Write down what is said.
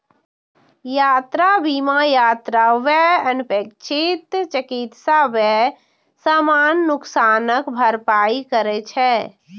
यात्रा बीमा यात्रा व्यय, अनपेक्षित चिकित्सा व्यय, सामान नुकसानक भरपाई करै छै